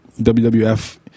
WWF